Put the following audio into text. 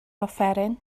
offeryn